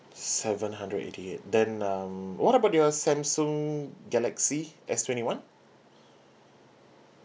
seven hundred eighty eight then um what about your Samsung galaxy S twenty one